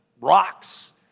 rocks